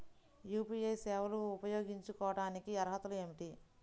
UPI సేవలు ఉపయోగించుకోటానికి అర్హతలు ఏమిటీ?